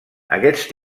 aquest